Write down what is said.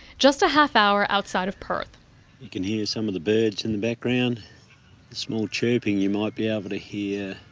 just a half-hour outside of perth. you can hear some of the birds in the background, the small chirping, you might be able to hear